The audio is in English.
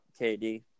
KD